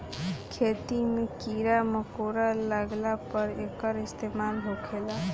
खेती मे कीड़ा मकौड़ा लगला पर एकर इस्तेमाल होखेला